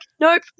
Nope